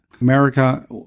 America